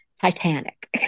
Titanic